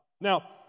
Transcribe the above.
Now